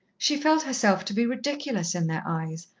she felt herself to be ridiculous in their eyes,